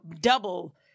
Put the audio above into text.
double